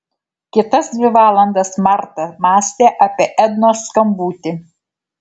kitas dvi valandas marta mąstė apie ednos skambutį